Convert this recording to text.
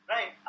Right